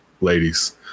ladies